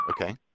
okay